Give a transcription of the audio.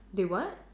they what